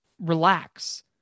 relax